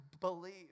believe